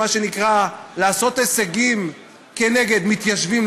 מה שנקרא: לעשות הישגים נגד מתיישבים,